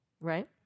right